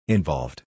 Involved